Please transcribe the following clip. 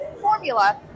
formula